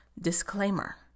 disclaimer